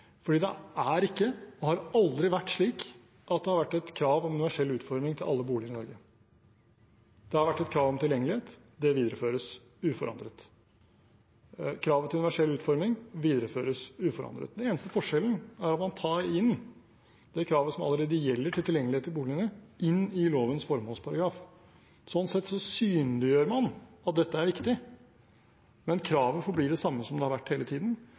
det er ikke og har aldri vært slik at det har vært et krav om universell utforming for alle boliger i Norge. Det har vært et krav om tilgjengelighet. Det videreføres uforandret. Kravet til universell utforming videreføres uforandret. Den eneste forskjellen er at man tar det kravet som allerede gjelder til tilgjengelighet i boligene, inn i lovens formålsparagraf. Sånn sett synliggjør man at dette er viktig, men kravet forblir det samme som det har vært hele tiden,